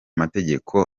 mategeko